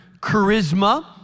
charisma